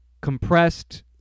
compressed